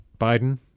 Biden